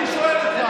אני שואל אותך.